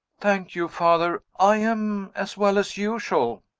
thank you, father i am as well as usual.